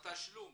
התשלום